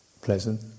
Pleasant